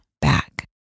back